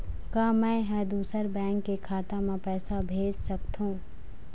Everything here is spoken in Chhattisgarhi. का मैं ह दूसर बैंक के खाता म पैसा भेज सकथों?